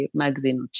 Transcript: magazine